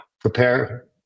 prepare